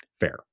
Fair